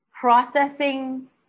processing